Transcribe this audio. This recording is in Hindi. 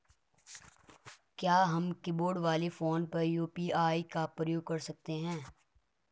क्या हम कीबोर्ड वाले फोन पर यु.पी.आई का प्रयोग कर सकते हैं?